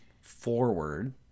forward